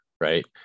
right